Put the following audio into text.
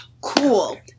Cool